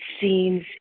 seems